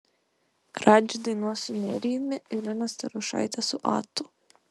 radži dainuos su nerijumi irena starošaitė su atu